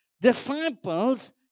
Disciples